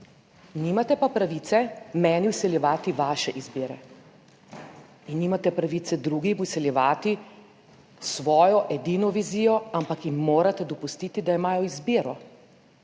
Nimate pa pravice meni vsiljevati vaše izbire in nimate pravice drugim vsiljevati svojo edino vizijo, ampak jim morate dopustiti, da imajo izbiro,